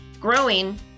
growing